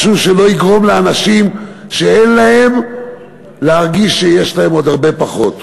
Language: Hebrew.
משהו שלא יגרום לאנשים שאין להם להרגיש שיש להם עוד הרבה פחות.